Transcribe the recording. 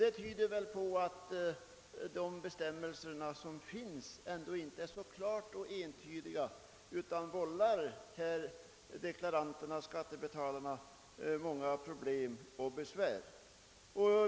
Det tyder väl på att de bestämmelser som finns ändå inte är klara och entydiga utan vållar deklaranter och skattebetalare många problem och besvär.